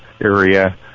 area